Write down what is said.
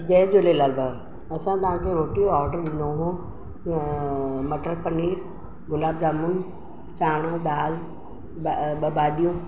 जय झूलेलाल भाउ असां तव्हांखे रोटीअ जो ऑडर ॾिनो हो मटर पनीर गुलाब जामुन चाणो दाल ॿ भाॼियूं